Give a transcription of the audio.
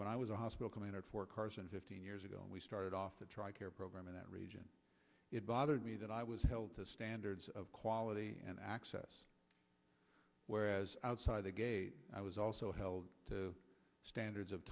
t i was a hospital commander for cars and fifteen years ago we started off the tri care program in that region it bothered me that i was held to standards of quality and access whereas outside the gate i was also held to standards of